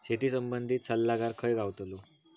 शेती संबंधित सल्लागार खय गावतलो?